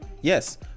Yes